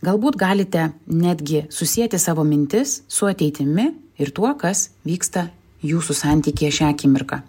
galbūt galite netgi susieti savo mintis su ateitimi ir tuo kas vyksta jūsų santykyje šią akimirką